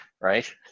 Right